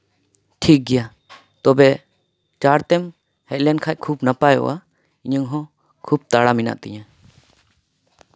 ᱴᱷᱤᱠ ᱜᱮᱭᱟ ᱛᱚᱵᱮ ᱪᱟᱬ ᱛᱮᱢ ᱦᱮᱡ ᱞᱮᱱᱠᱷᱟᱱ ᱠᱷᱩᱵᱽ ᱱᱟᱯᱟᱭᱚᱜᱼᱟ ᱤᱧᱟᱹᱝ ᱦᱚᱸ ᱠᱷᱩᱵᱽ ᱛᱟᱲᱟ ᱢᱮᱱᱟᱜ ᱛᱤᱧᱟᱹ